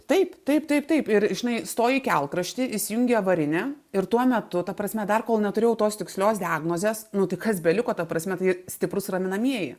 taip taip taip taip ir žinai stoji į kelkraštį įsijungi avarinį ir tuo metu ta prasme dar kol neturėjau tos tikslios diagnozės nu tai kas beliko ta prasme tai stiprūs raminamieji